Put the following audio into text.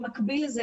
במקביל לזה,